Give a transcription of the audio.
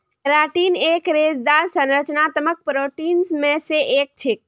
keratin एक रेशेदार संरचनात्मक प्रोटीन मे स एक छेक